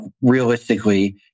realistically